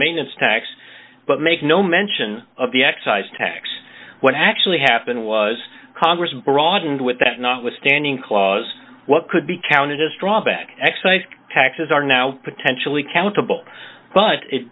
its tax but make no mention of the excise tax what actually happened was congress broadened with that notwithstanding clause what could be counted as drawn back excise taxes are now potentially countable but it